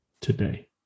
today